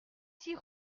six